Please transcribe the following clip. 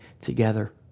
together